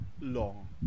long